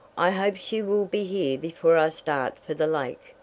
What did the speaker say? i hope she will be here before i start for the lake,